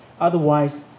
Otherwise